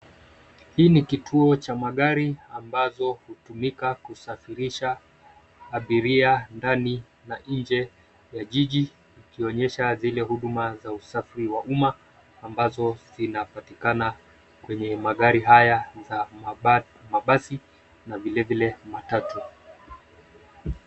Hii ni kituo cha magari ambazo hutumika kusafirisha abiria ndani na nje ya jiji ikionyesha zile huduma za usafiri wa umma ambazo zinapatikana kwenye magari haya ya mabasi na vilevile matatu.